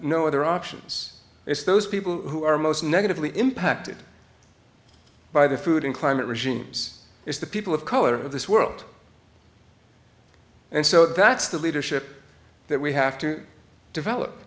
no other options if those people who are most negatively impacted by the food and climate regimes is the people of color of this world and so that's the leadership that we have to develop